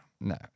No